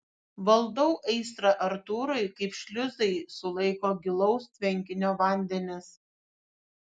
valdau aistrą artūrui kaip šliuzai sulaiko gilaus tvenkinio vandenis